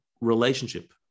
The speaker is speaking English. relationship